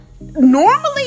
normally